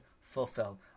fulfill